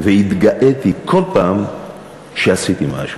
והתגאיתי כל פעם שעשיתי משהו,